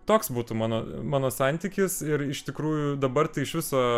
toks būtų mano mano santykis ir iš tikrųjų dabar tai iš viso